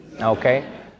okay